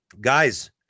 guys